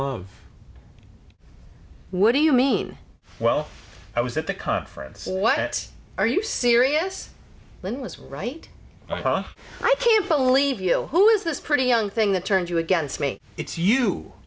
love what do you mean well i was at the conference what are you serious lynn was right i thought i can't believe you who is this pretty young thing that turned you against me